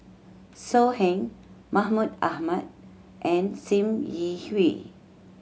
So Heng Mahmud Ahmad and Sim Yi Hui